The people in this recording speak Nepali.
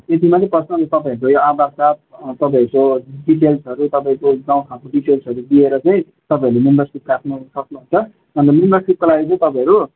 त्यति मात्रै पर्छ अन्त तपाईँहरूको यो आधार कार्ड तपाईँहरूको डिटेल्सहरू तपाईँको गाउँ ठाउँको डिटेल्टहरू दिएर चाहिँ तपाईहरूले मेम्बरसिप काटनु सक्नुहुन्छ अन्त मेम्बरसिपको लागि चाहिँ तपाईँहरू